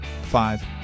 five